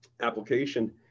application